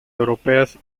europeas